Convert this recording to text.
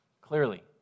Clearly